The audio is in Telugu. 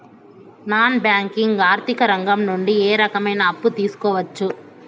నాన్ బ్యాంకింగ్ ఆర్థిక రంగం నుండి ఏ రకమైన అప్పు తీసుకోవచ్చు?